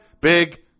Big